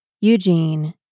Eugene